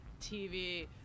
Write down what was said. TV